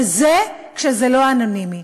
וזה כשזה לא אנונימי.